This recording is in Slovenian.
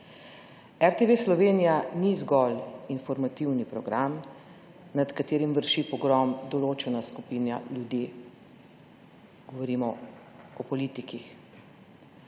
RTV Slovenija ni zgolj informativni program, nad katerim vrši pogrom določena skupina ljudi. Govorimo o politikih.